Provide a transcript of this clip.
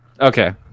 Okay